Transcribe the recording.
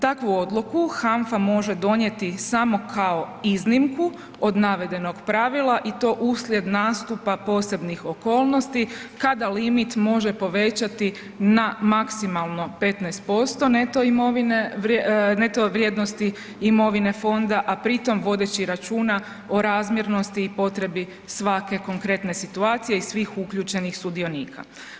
Takvu odluku HANFA može donijeti samo kao iznimku od navedenog pravila i to uslijed nastupa posebnih okolnosti kada limit može povećati na maksimalno 15% neto imovine, neto vrijednosti imovine fonda, a pritom vodeći računa o razmjernosti i potrebi svake konkretne situacije i svih uključenih sudionika.